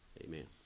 amen